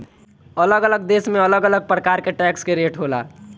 अलग अलग देश में अलग अलग प्रकार के टैक्स के रेट होला